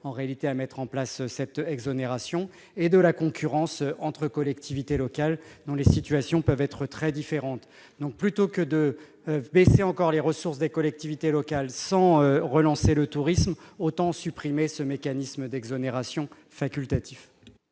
incitées à mettre en place cette exonération, ainsi que de la concurrence entre des collectivités locales dont les situations peuvent être très différentes. Plutôt que de baisser encore les ressources des collectivités locales sans relancer le tourisme, autant supprimer ce mécanisme d'exonération facultatif.